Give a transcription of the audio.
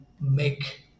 make